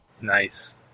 Nice